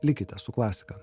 likite su klasika